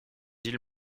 iles